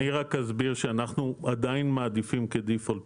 אני רק אסביר שאנחנו עדיין מעדיפים כברירת